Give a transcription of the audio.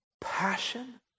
passion